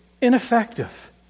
ineffective